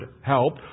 help